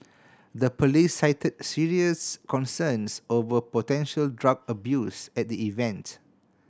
the police cited serious concerns over potential drug abuse at the event